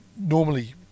normally